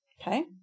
okay